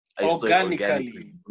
organically